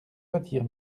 retire